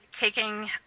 taking